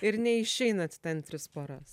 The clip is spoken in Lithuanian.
ir neišeinat ten tris paras